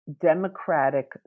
democratic